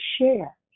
share